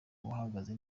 uhagaze